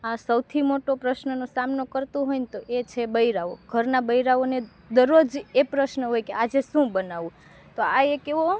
આ સૌથી મોટો પ્રશ્નનો સામનો કરતું હોયને તો એ છે બૈરાઓ ઘરના બૈરાઓને દરરોજ એ પ્રશ્ન હોય કે આજે શું બનાવું તો આ એક એવો